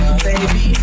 baby